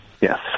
Yes